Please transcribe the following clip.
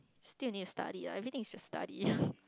still need study lah everything is still study